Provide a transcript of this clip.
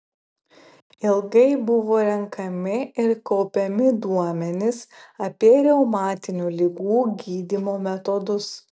ilgai buvo renkami ir kaupiami duomenys apie reumatinių ligų gydymo metodus